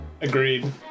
Agreed